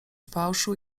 fałszu